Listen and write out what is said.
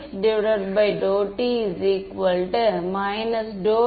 நான் மறுவரையறை செய்யும்போது வேறு ஏதாவது ∇e அல்லது ∇h போன்றவைகள் உடன் இருந்ததா